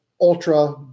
ultra